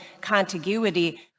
contiguity